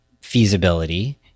feasibility